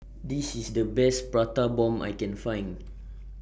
This IS The Best Prata Bomb I Can Find